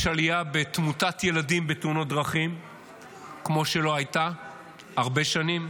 יש עלייה בתמותת ילדים בתאונות דרכים כמו שלא הייתה הרבה שנים,